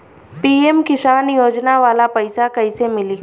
PM Kisan योजना वाला पैसा कईसे मिली?